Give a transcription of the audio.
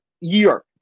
year